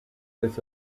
this